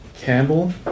Campbell